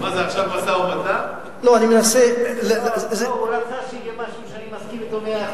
זו המלה הראשונה שאני מסכים לה.